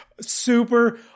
super